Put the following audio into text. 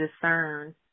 discern